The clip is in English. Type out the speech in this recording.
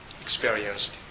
experienced